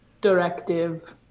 Directive